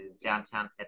downtown